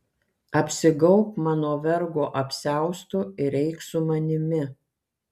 apsigaubk mano vergo apsiaustu ir eik su manimi